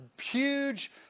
huge